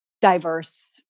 diverse